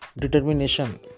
Determination